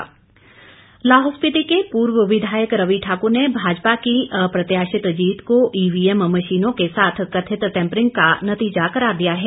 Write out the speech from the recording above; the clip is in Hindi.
रवि ठाकुर लाहौल स्पिति के पूर्व विधायक रवि ठाक्र ने भाजपा की अप्रत्याशित जीत को ईवीएम मशीनों के साथ कथित टैम्परिंग का नतीजा करार दिया है